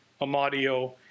Amadio